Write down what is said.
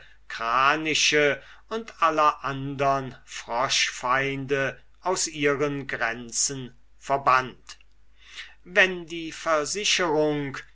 kraniche und aller andern froschfeinde aus ihren grenzen verbannt wenn die versicherung